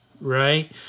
right